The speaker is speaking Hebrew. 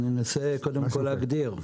אנסה קודם כול להגדיר.